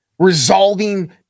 Resolving